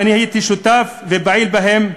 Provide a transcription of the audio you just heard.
שהייתי שותף ופעיל בהם.